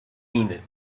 unit